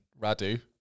Radu